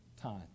time